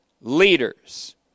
leaders